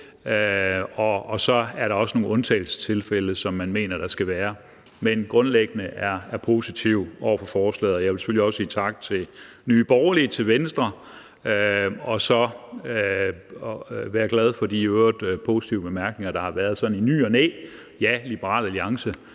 og så er der også nogle undtagelsestilfælde, som man mener der skal være. Men grundlæggende er man positiv over for forslaget. Og jeg vil selvfølgelig også sige tak til Nye Borgerlige og til Venstre og så være glad for de i øvrigt positive bemærkninger, der har været sådan i ny og næ. Ja, jeg oplevede,